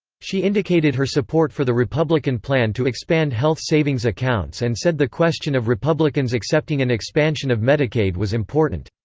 she indicated her support for the republican plan to expand health savings accounts and said the question of republicans accepting an expansion of medicaid was important.